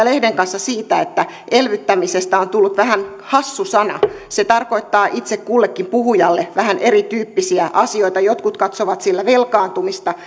lehden kanssa siitä että elvyttämisestä on tullut vähän hassu sana se tarkoittaa itse kullekin puhujalle vähän erityyppisiä asioita jotkut katsovat sillä velkaantumista